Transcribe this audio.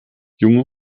junge